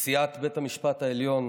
נשיאת בית המשפט העליון